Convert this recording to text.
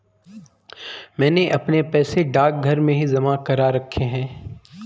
मैंने अपने पैसे डाकघर में ही जमा करा रखे हैं